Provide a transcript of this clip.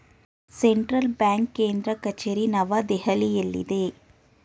central bank ಕೇಂದ್ರ ಕಚೇರಿ ನವದೆಹಲಿಯಲ್ಲಿದೆ